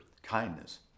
kindness